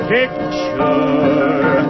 picture